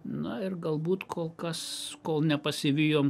na ir galbūt kol kas kol nepasivijom